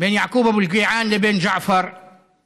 בין יעקוב אבו אלקיעאן, לבין ג'עפר פרח?